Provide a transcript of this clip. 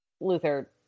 Luther